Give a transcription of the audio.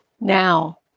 Now